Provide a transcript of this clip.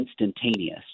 instantaneous